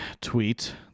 tweet